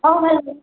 ହଁ ଭାଇ